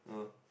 oh